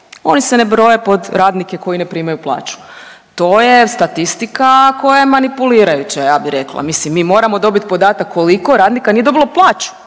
oni se ne broje pod radnike koji ne primaju plaću. To je statistika koja je manipulirajuća ja bih rekla, mislim mi moramo dobiti podataka koliko radnika nije dobilo plaću.